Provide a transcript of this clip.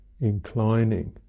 inclining